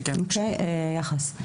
ראשית,